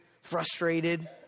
frustrated